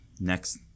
next